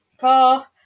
car